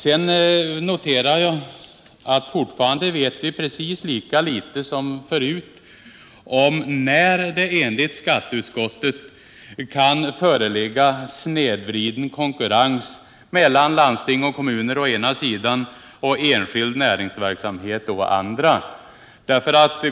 Sedan noterar jag att vi fortfarande vet precis lika litet som förut om när det enligt skatteutskottet kan föreligga snedvriden konkurrens mellan landsting och kommuner å ena sidan och enskild näringsverksamhet å den andra.